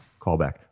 callback